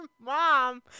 mom